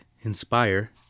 inspire